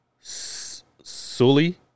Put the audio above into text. Sully